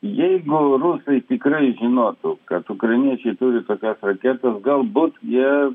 jeigu rusai tikrai žinotų kad ukrainiečiai turi tokias raketas galbūt jie